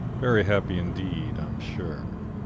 very happy indeed, i'm sure.